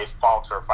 falter